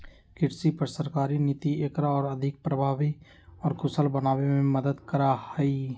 कृषि पर सरकारी नीति एकरा और अधिक प्रभावी और कुशल बनावे में मदद करा हई